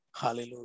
Hallelujah